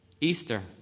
Easter